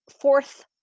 fourth